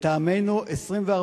לטעמנו 24,